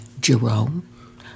Jerome